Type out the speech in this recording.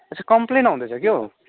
यसको कम्प्लेन आउँदैछ क्या हो